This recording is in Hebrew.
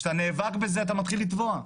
כשאתה נאבק בזה, אתה מתחיל לטבוע.